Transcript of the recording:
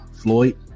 Floyd